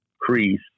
crease